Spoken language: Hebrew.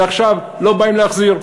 ועכשיו לא בא להם להחזיר.